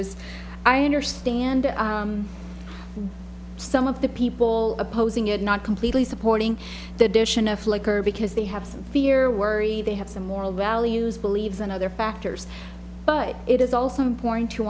is i understand some of the people opposing it not completely supporting the addition of flicker because they have some fear worry they have some moral values believes in other factors but it is also important to